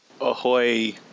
Ahoy